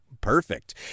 perfect